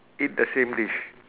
eat the same dish